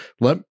let